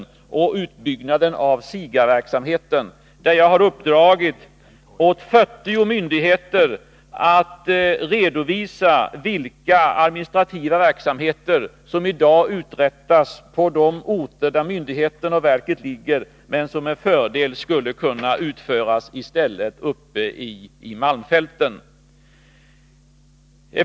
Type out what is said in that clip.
Det har också varit utbyggnaden av SIGA verksamheten, där jag har uppdragit åt 40 myndigheter att redovisa vilka administrativa verksamheter som i dag uträttas på de orter där myndigheten och verket ligger, men som i stället med fördel skulle kunna utföras uppe i malmfälten.